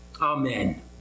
Amen